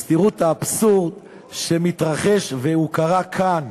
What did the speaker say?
אז תראו את האבסורד שמתרחש, והוא קרה כאן.